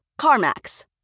CarMax